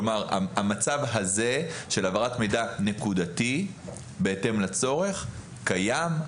המצב הזה של העברת מידע נקודתי בהתאם לצורך, קיים.